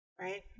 Right